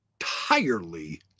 entirely